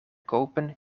kopen